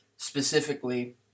specifically